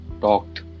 talked